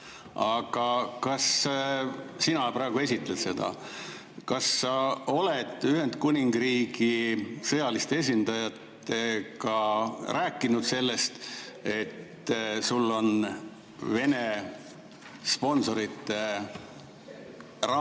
poisse. Sina praegu esitled seda. Kas sa oled Ühendkuningriigi sõjaliste esindajatega rääkinud sellest, et sul on Vene sponsorite raha